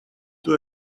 too